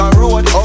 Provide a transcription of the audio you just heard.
road